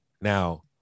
Now